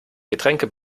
getränke